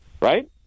Right